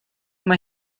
mae